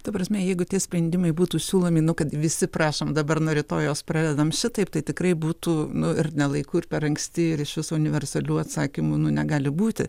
ta prasme jeigu tie sprendimai būtų siūlomi nu kad visi prašom dabar nuo rytojaus pradedam šitaip tai tikrai būtų nu ir ne laiku ir per anksti ir iš viso universalių atsakymų nu negali būti